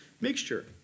mixture